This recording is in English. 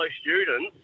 students